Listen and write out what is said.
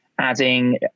adding